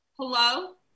Hello